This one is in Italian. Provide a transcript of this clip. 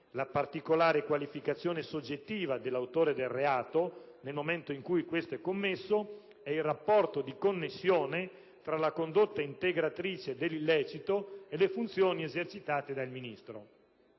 la particolare qualificazione soggettiva dell'autore del reato nel momento in cui questo è commesso e il rapporto di connessione tra la condotta integratrice dell'illecito e le funzioni esercitate dal Ministro.